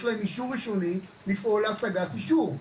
להם אישור ראשוני לפעול להשגת אישור.